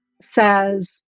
says